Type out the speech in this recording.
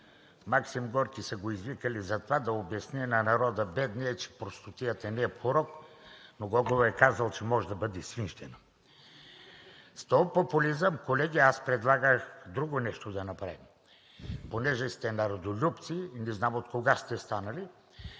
Максим Горки са го извикали за това да обясни на бедния народ, че простотията не е порок, но Гогол е казал, че може да бъде свинщина. С този популизъм… Колеги, аз предлагах друго нещо да направим. Понеже сте народолюбци – не знам откога сте станали,